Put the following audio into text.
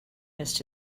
missed